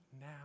now